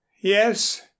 Yes